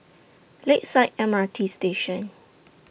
Lakeside M R T Station